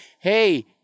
hey –